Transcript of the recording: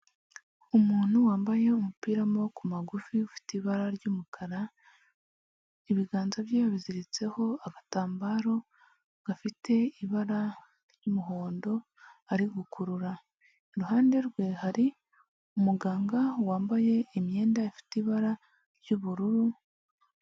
Umuntu wambaye umupira w'amaboko magufi ufite ibara ry'umukara, ibiganza bye biziritseho agatambaro gafite ibara ry'umuhondo ari gukurura, iruhande rwe hari umuganga wambaye imyenda ifite ibara ry'ubururu.